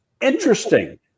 Interesting